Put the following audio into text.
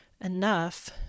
enough